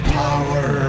power